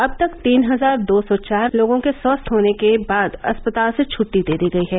अब तक तीन हजार दो सौ चार लोगों को स्वस्थ होने के बाद अस्पताल से छुट्टी दे दी गई है